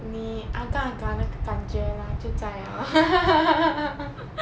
你 agak-agak 那个感觉 lah 就在 lor